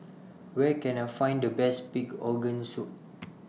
Where Can I Find The Best Big Organ Soup